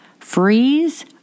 freeze